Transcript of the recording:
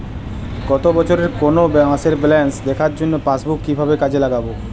গত বছরের কোনো মাসের ব্যালেন্স দেখার জন্য পাসবুক কীভাবে কাজে লাগাব?